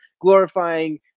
glorifying